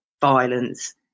violence